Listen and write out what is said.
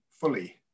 fully